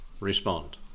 respond